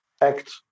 act